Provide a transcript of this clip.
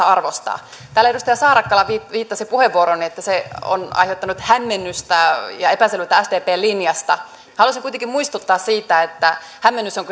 arvostaa täällä edustaja saarakkala viittasi puheenvuorooni että se on aiheuttanut hämmennystä ja epäselvyyttä sdpn linjasta haluaisin kuitenkin muistuttaa siitä että hämmennys on